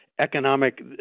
economic